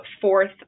Fourth